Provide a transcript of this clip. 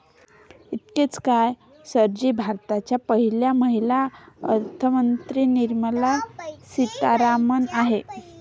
इतकेच काय, सर जी भारताच्या पहिल्या महिला अर्थमंत्री निर्मला सीतारामन आहेत